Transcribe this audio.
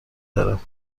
دارم